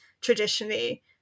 traditionally